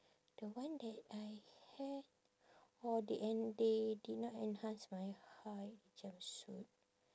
the one that I had or they and they did not enhance my height jumpsuit